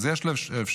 אז יש לו אפשרות